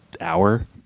hour